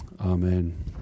amen